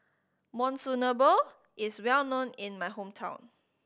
monsunabe is well known in my hometown